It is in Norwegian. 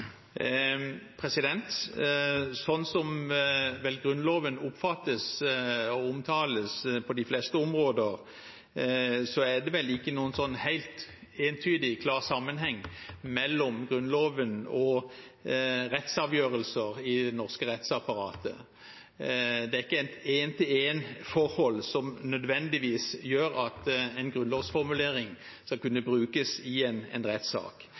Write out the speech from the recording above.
Sånn som Grunnloven oppfattes og omtales på de fleste områder, er det vel ikke noen helt entydig klar sammenheng mellom Grunnloven og rettsavgjørelser i det norske rettsapparatet. Det er ikke et én-til-én-forhold som nødvendigvis gjør at en grunnlovsformulering skal kunne brukes i en